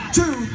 two